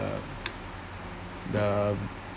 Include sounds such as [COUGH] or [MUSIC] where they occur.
[NOISE] the